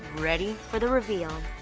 ready for the reveal.